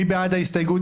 מי בעד ההסתייגות?